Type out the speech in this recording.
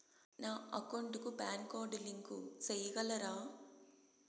నా అకౌంట్ కు PAN card link సేయగలరా?